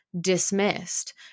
dismissed